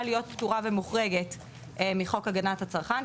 להיות פטורה ומוחרגת מחוק הגנת הצרכן,